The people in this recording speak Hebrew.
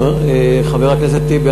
חבר הכנסת טיבי,